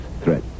threat